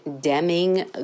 Deming